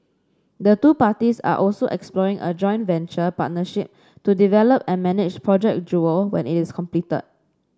the two parties are also exploring a joint venture partnership to develop and manage Project Jewel when it is completed